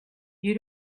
you